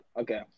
okay